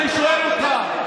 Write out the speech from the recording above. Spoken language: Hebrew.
אני שואל אותך,